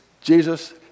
Jesus